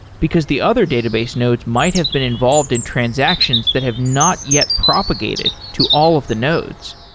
because the other database nodes might have been involved in transactions that have not yet propagated to all of the nodes.